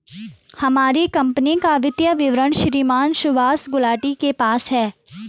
हमारी कम्पनी का वित्तीय विवरण श्रीमान सुभाष गुलाटी के पास है